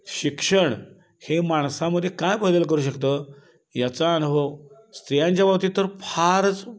शिक्षण हे माणसामध्ये काय बदल करू शकतं याचा अनुभव स्त्रियांच्या बाबतीत तर फारच